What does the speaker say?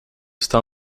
está